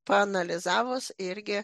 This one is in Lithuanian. paanalizavus irgi